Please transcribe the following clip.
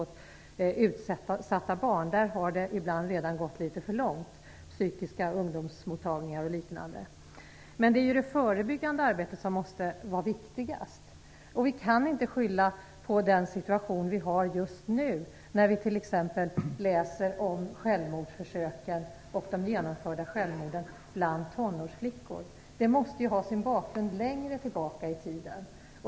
I det avseendet har det ibland redan gått litet för långt när det gäller psykiska ungdomsmottagningar och liknande. Men det är ju det förebyggande arbetet som är viktigast. Vi kan inte skylla på den situation som vi har just nu, när vi t.ex. läser om självmordsförsöken och de genomförda självmorden bland tonårsflickor. Det måste ju ha sin bakgrund längre tillbaka i tiden.